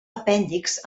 apèndixs